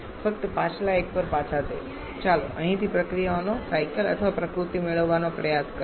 ફક્ત પાછલા એક પર પાછા જઈએ ચાલો અહીંથી પ્રક્રિયાઓના સાયકલ અથવા પ્રકૃતિ મેળવવાનો પ્રયાસ કરીએ